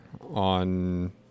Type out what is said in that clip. on